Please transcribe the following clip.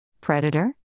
Predator